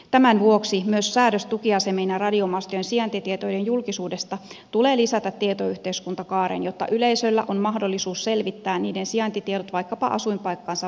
tämän vuoksi myös säädös tukiasemien ja radiomastojen sijaintitietojen julkisuudesta tulee lisätä tietoyhteiskuntakaareen jotta yleisöllä on mahdollisuus selvittää niiden sijaintitiedot vaikkapa asuinpaikkaansa valitessaan